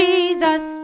Jesus